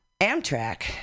Amtrak